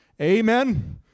Amen